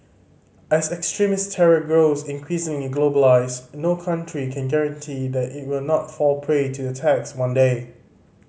as extremist terror grows increasingly globalised no country can guarantee that it will not fall prey to attacks one day